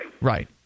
Right